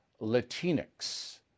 Latinx